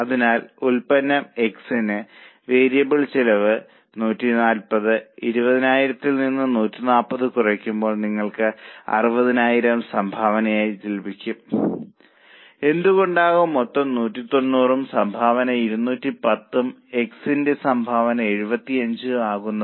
അതിനാൽ ഉൽപ്പന്നം X ന് വേരിയബിൾ ചെലവ് 140 200000 ത്തിൽ നിന്ന് 140 കുറയ്ക്കുമ്പോൾ നിങ്ങൾക്ക് 60000 സംഭാവന ലഭിക്കും എന്തുകൊണ്ടാവും മൊത്തം 190 ഉം സംഭാവന 210 ഉം X ന്റെ സംഭാവന 75 മാകുന്നത്